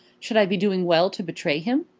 should i be doing well to betray him?